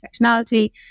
intersectionality